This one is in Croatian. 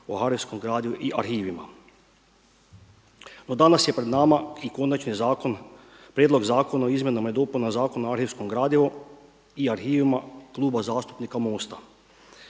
o arhivskom gradivu i arhivima. No danas je pred nama i Konačni prijedlog Zakona o izmjenama i dopunama Zakona o arhivskom gradivu i arhivima Kluba zastupnika MOST-a.